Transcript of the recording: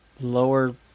lower